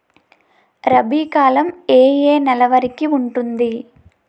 రబీ కాలం ఏ ఏ నెల వరికి ఉంటుంది?